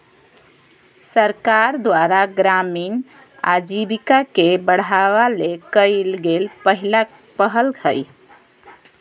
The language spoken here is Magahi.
सरकार द्वारा ग्रामीण आजीविका के बढ़ावा ले कइल गेल पहल हइ